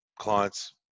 clients